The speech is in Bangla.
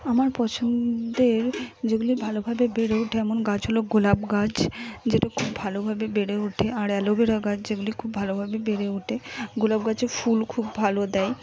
আমার পছন্দের যেগুলি ভালো ভাবে বেরোয় তেমন গাছ হল গোলাপ গাছ যেটা খুব ভালো ভাবে বেড়ে ওঠে আর অ্যালোভেরা গাছ যেগুলি খুব ভালো ভাবে বেড়ে ওঠে গোলাপ গাছে ফুল খুব ভালো দেয়